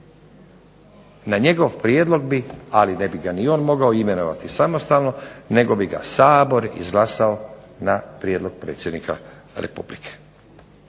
Na njegov prijedlog bi, ali ne bi ga ni on mogao imenovati samostalno nego bi ga Sabor izglasao na prijedlog predsjednika Republike.